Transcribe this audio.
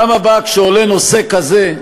בפעם הבאה שעולה נושא כזה,